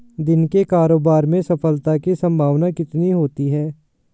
दिन के कारोबार में सफलता की संभावना कितनी होती है?